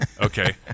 okay